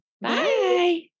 Bye